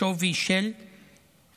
בשווי של 23